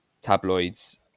tabloids